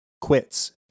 quits